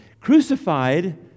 crucified